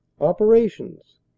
OPERATIONS